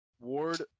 Ward